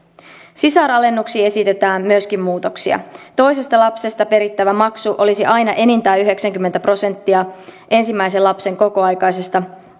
sisaralennuksiin esitetään myöskin muutoksia toisesta lapsesta perittävä maksu olisi aina enintään yhdeksänkymmentä prosenttia ensimmäisen lapsen kokoaikaisesta